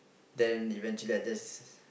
then eventually I just